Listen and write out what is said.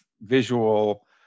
visual